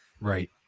Right